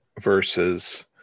versus